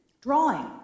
drawing